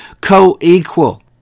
co-equal